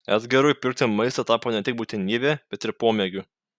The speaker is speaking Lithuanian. edgarui pirkti maistą tapo ne tik būtinybe bet ir pomėgiu